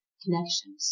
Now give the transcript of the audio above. connections